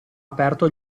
aperto